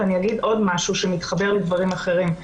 ואני אגיד עוד משהו שמתחבר לדברים אחרים.